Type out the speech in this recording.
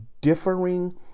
differing